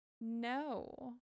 No